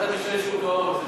ועדת המשנה לשוק ההון בכספים.